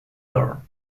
door